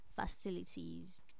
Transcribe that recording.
facilities